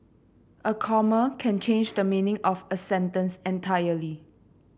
a comma can change the meaning of a sentence entirely